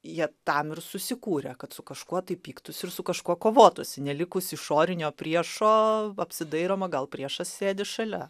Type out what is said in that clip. jie tam ir susikūrė kad su kažkuo tai pyktųsi ir su kažkuo kovotųsi nelikus išorinio priešo apsidairoma gal priešas sėdi šalia